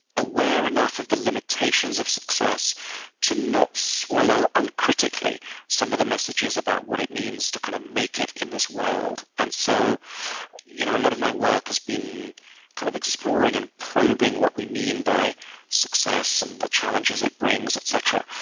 aware enough of the limitations of success to not swallow uncritically some of the messages about what it means to kind of make it in this world. and so you know a lot of my work has been kind of exploring and probing what we mean by success and the challenges it brings, etc.